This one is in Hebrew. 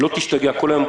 לא תשתגע כל היום,